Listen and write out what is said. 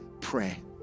pray